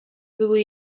były